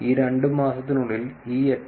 ഈ 2 മാസത്തിനുള്ളിൽ ഈ 8